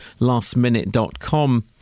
lastminute.com